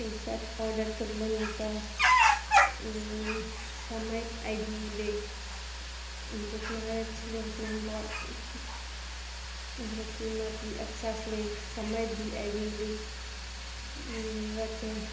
T shirt order करलए मीता जतना rate छलै ओतनामे बात ओकरो कीमत भी अच्छासँ समय भी आबि गेल हमरातँ